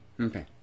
Okay